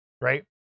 right